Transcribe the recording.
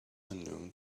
unknown